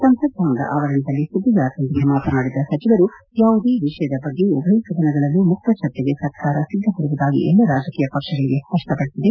ಸಂಸತ್ ಭವನದ ಆವರಣದಲ್ಲಿ ಸುದ್ದಿಗಾರರೊಂದಿಗೆ ಮಾತನಾಡಿದ ಸಚಿವರು ಯಾವುದೇ ವಿಷಯದ ಬಗ್ಗೆ ಉಭಯ ಸದನಗಳಲ್ಲೂ ಮುಕ್ತ ಚರ್ಚೆಗೆ ಸರ್ಕಾರ ಸಿದ್ದವಿರುವುದಾಗಿ ಎಲ್ಲ ರಾಜಕೀಯ ಪಕ್ಷಗಳಿಗೆ ಸ್ಪಡ್ಡಪಡಿಸಿದೆ